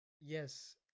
Yes